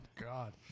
God